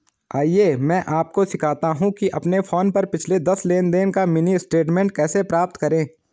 आइए मैं आपको सिखाता हूं कि अपने फोन पर पिछले दस लेनदेन का मिनी स्टेटमेंट कैसे प्राप्त करें